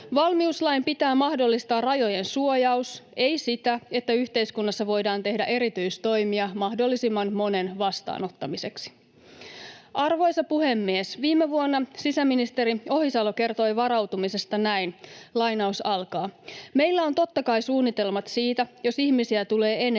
Valmiuslain pitää mahdollistaa rajojen suojaus, ei sitä, että yhteiskunnassa voidaan tehdä erityistoimia mahdollisimman monen vastaanottamiseksi. Arvoisa puhemies! Viime vuonna sisäministeri Ohisalo kertoi varautumisesta näin: ”Meillä on totta kai suunnitelmat siitä, jos ihmisiä tulee enemmän,